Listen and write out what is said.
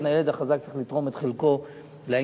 הילד החזק צריך לתרום את חלקו לעניין.